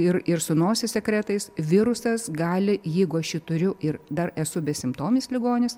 ir ir su nosies sekretais virusas gali jeigu aš jį turiu ir dar esu besimptomis ligonis